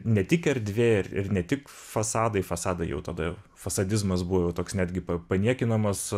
ne tik erdvė ir ir ne tik fasadai fasadai jau tada fasadizmas buvo jau toks netgi paniekinamas